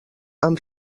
amb